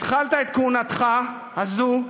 התחלת את כהונתך זו,